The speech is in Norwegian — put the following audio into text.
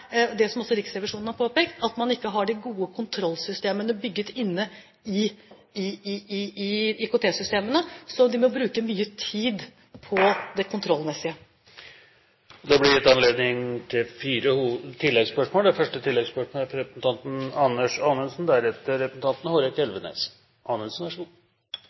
det som også Riksrevisjonen har påpekt, at man ikke har de gode kontrollsystemene bygd inne i IKT-systemene, så de må bruke mye tid på det kontrollmessige. Det blir gitt anledning til fire oppfølgingsspørsmål – først Anders Anundsen. Som statsråden selv sier, er